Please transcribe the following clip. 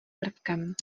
prvkem